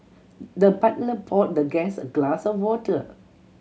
the butler poured the guest a glass of water